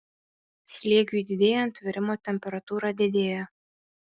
slėgiui didėjant virimo temperatūra didėja